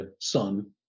son